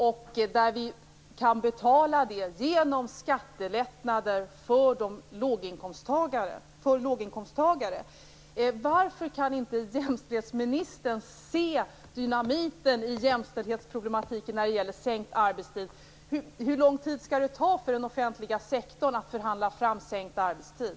Den kan vi betala genom skattelättnader för låginkomsttagare. Varför kan inte jämställdhetsministern se dynamiten i jämställdhetsproblematiken när det gäller sänkt arbetstid? Hur lång tid skall det ta för den offentliga sektorn att förhandla fram en sänkt arbetstid?